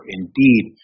indeed